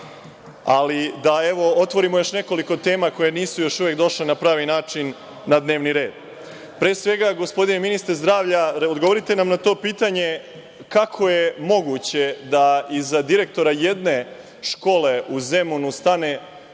Ali, da evo, otvorim još nekoliko tema koje nisu još uvek došle na pravi način na dnevni red. Pre svega gospodine ministre zdravlja, odgovorite nam na to pitanje - kako je moguće da iza direktora jedne škole u Zemunu stane